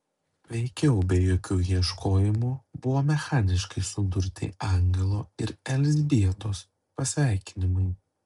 veikiau be jokių ieškojimų buvo mechaniškai sudurti angelo ir elzbietos pasveikinimai